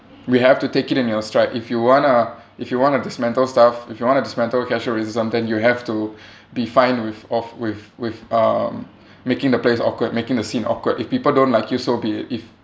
we have to take it in your stride if you want to if you want to dismantle stuff if you want to dismantle casual racism then you have to be fine with of with with um making the place awkward making the scene awkward if people don't like you so be it if